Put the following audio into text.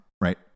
right